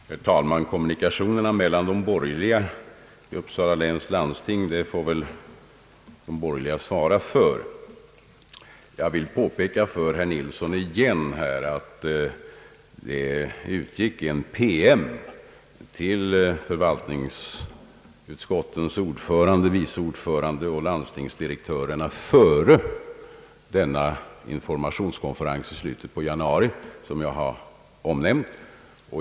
Herr talman! Kommunikationerna mellan de borgerliga i Uppsala läns landsting får väl de borgerliga själva svara för. Jag vill återigen påpeka för herr Nilsson att det utsändes en PM till förvaltningsutskottens ordförande och vice ordförande samt till landstingsdirektörerna före den informationskonferens i slutet av januari som jag har omnämnt.